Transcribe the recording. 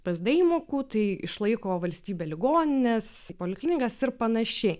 psd įmokų tai išlaiko valstybė ligonines poliklinikas ir panašiai